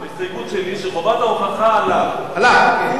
זו הסתייגות שלי, שחובת ההוכחה עליו, עליו, כן.